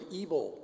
evil